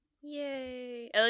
Yay